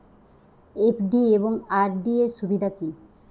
FD এবং RD এর সুবিধা কী?